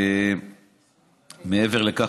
מעבר לכך,